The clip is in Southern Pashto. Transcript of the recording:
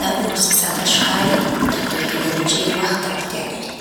دا پروسه ساده ښکاري، خو دقیقې درجې، وخت ته اړتیا لري.